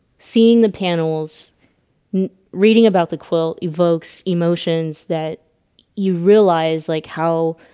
seeing the panel's reading about the quilt evokes emotions that you realize like how